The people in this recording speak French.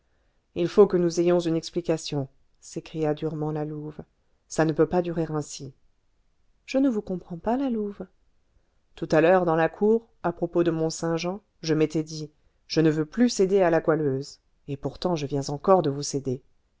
il faut que nous ayons une explication s'écria durement la louve ça ne peut pas durer ainsi je ne vous comprends pas la louve tout à l'heure dans la cour à propos de mont-saint-jean je m'étais dit je ne veux plus céder à la goualeuse et pourtant je viens encore de vous céder